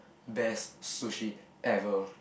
best sushi ever